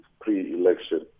pre-election